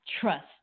trust